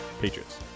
Patriots